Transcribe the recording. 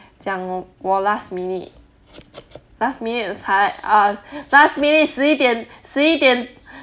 讲我我 last minute last minute is like err last minute 十一点十一点